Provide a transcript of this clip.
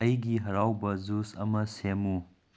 ꯑꯩꯒꯤ ꯍꯔꯥꯎꯕ ꯖꯨꯁ ꯑꯃ ꯁꯦꯝꯃꯨ